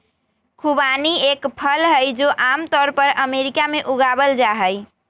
खुबानी एक फल हई, जो आम तौर पर अमेरिका में उगावल जाहई